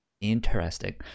interesting